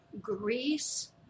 Greece